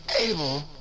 able